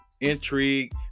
intrigue